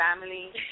family